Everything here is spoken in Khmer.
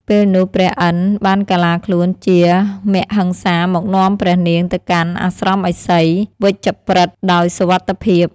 ពេលនោះព្រះឥន្ទ្របានកាឡាខ្លួនជាមហិង្សាមកនាំព្រះនាងទៅកាន់អាស្រមឥសី «វជ្ជប្រិត» ដោយសុវត្ថិភាព។